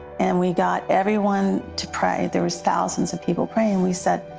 and we got everyone to pray. there was thousands of people praying. we said,